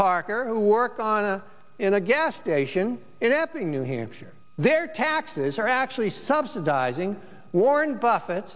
parker who worked on a in a gas station in epping new hampshire their taxes are actually subsidizing warren buffett